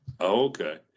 Okay